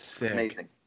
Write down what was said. amazing